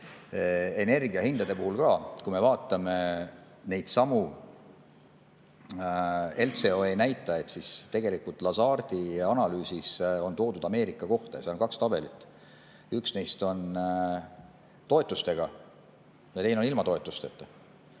Energiahindade puhul ka, kui me vaatame neidsamu LCOE näitajaid, siis tegelikult Lazardi analüüsis on toodud Ameerika kohta kaks tabelit: üks neist on toetustega ja teine on ilma toetusteta.